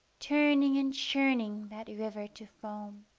turning and churning that river to foam.